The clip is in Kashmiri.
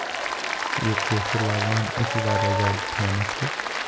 یہِ کٲشُر وازوان یہِ چھُ واریاہ زیادٕ فیمَس تہِ